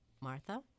Martha